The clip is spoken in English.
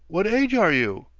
what age are you?